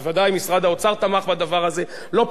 מעבר משיטה שפשטה את הרגל,